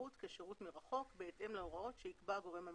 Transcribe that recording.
השירות כשירות מרחוק בהתאם להוראות שיקבע הגורם הממונה.